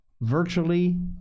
virtually